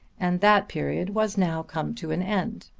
and that period was now come to an end.